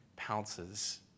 pounces